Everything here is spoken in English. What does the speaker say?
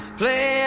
play